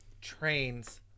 trains